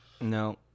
No